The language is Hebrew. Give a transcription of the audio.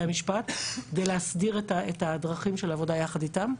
המשפט כדי להסדיר את הדרכים של עבודה יחד איתם.